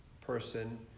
person